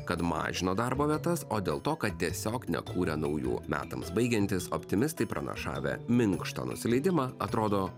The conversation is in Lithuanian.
kad mažino darbo vietas o dėl to kad tiesiog nekūrė naujų metams baigiantis optimistai pranašavę minkštą nusileidimą atrodo